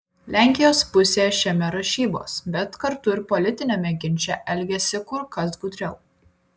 lenkijos pusė šiame rašybos bet kartu ir politiniame ginče elgiasi kur kas gudriau